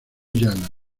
guyana